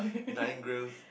nine grows